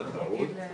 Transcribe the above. תודה רבה.